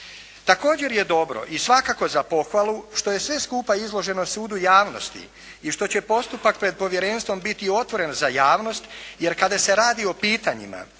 Također je dobro i svakako za pohvalu što je sve skupa izloženo sudu javnosti i što će postupak pred povjerenstvom biti otvoren za javnost jer kada se radi o pitanjima